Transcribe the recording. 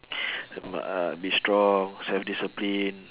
and must be strong self-discipline